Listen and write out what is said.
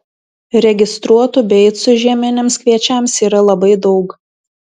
registruotų beicų žieminiams kviečiams yra labai daug